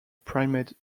primate